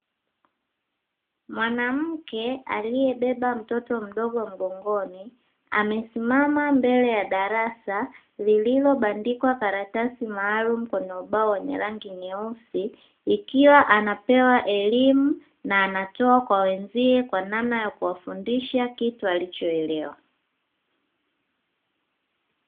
Mwanamke aliyebeba mtoto mdogo mgongoni amesimama mbele ya darasa lililobandikwa karatasi maalumu, mkono ubao wenye rangi nyeusi, ikiwa anapewa elimu na anatoa kwa wenzie kwa namna ya kuwafundisha kitu alichoelewa.